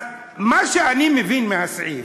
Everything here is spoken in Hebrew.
אז מה שאני מבין מהסעיף,